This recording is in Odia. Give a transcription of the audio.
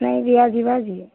ନାଇଁ ଦିଆଯିବା ଯେ